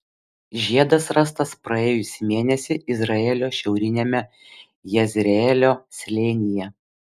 žiedas rastas praėjusį mėnesį izraelio šiauriniame jezreelio slėnyje